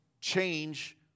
change